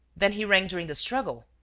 then he rang during the struggle.